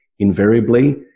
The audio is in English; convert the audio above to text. invariably